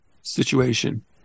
situation